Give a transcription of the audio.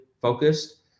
focused